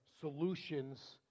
solutions